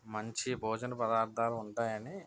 మంచి భోజన పదార్థాలు ఉంటాయి అని